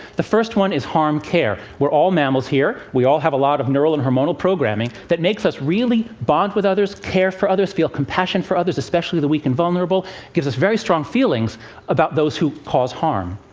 the first one is harm care. we're all mammals here, we all have a lot of neural and hormonal programming that makes us really bond with others, care for others, feel compassion for others, especially the weak and vulnerable. it gives us very strong feelings about those who cause harm.